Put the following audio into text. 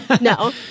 no